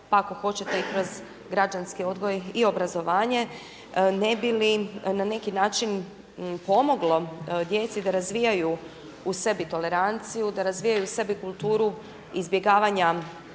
pa ako hoćete i kroz građanski odgoj i obrazovanje ne bi li na neki način pomoglo djeci da razvijaju u sebi toleranciju, da razvijaju u sebi kulturu izbjegavanja